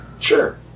Sure